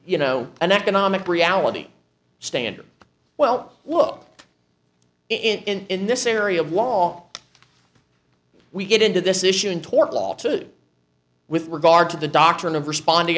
you know an economic reality standard well look in this area of law we get into this issue in tort law too with regard to the doctrine of responding